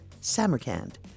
Samarkand